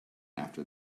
after